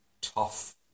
tough